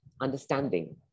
understanding